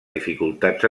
dificultats